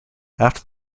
after